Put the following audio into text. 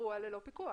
באירוע ללא פיקוח.